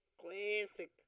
Classic